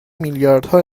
میلیاردها